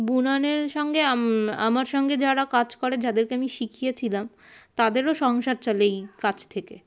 বুননের সঙ্গে আমার সঙ্গে যারা কাজ করে যাদেরকে আমি শিখিয়েছিলাম তাদেরও সংসার চলে এই কছ থেকে